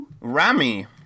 Rami